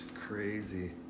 Crazy